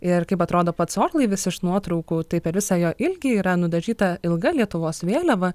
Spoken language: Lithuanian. ir kaip atrodo pats orlaivis iš nuotraukų tai per visą jo ilgį yra nudažyta ilga lietuvos vėliava